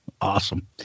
awesome